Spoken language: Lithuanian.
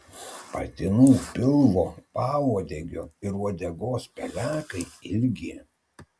patinų pilvo pauodegio ir uodegos pelekai ilgi